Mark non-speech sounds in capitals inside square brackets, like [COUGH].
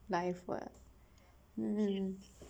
life what [NOISE]